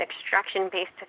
extraction-based